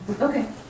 Okay